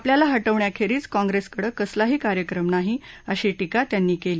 आपल्याला हटवण्याखेरीज काँग्रेसकडे कसलाही कार्यक्रम नाही अशी टीका त्यांनी केली